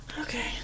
Okay